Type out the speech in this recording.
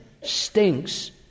stinks